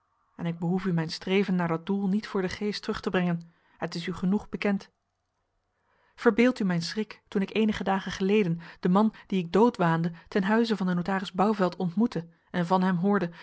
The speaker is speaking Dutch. en ik behoef u mijn streven naar dat doel niet voor den geest terug te brengen het is u genoeg bekend verbeeld u mijn schrik toen ik eenige dagen geleden den man dien ik dood waande ten huize van den notaris bouvelt ontmoette en van hem hoorde